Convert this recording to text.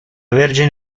vergine